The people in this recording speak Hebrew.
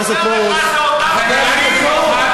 תודה, אדוני.